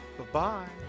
buh-bye.